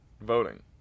voting